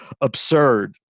absurd